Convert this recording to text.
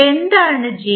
എന്താണ് g